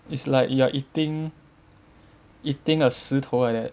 it's like you are eating eating a 石头 like that